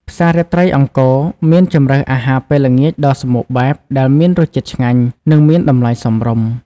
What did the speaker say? ផ្សាររាត្រីអង្គរមានជម្រើសអាហារពេលល្ងាចដ៏សម្បូរបែបដែលមានរសជាតិឆ្ងាញ់ និងមានតម្លៃសមរម្យ ។